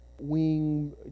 wing